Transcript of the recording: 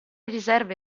riserve